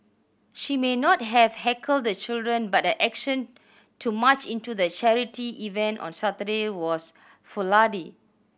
she may not have heckled the children but her action to march into the charity event on Saturday was foolhardy